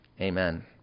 Amen